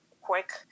quick